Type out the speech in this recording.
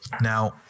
Now